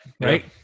right